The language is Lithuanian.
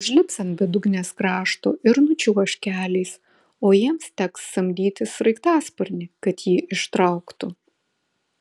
užlips ant bedugnės krašto ir nučiuoš keliais o jiems teks samdyti sraigtasparnį kad jį ištrauktų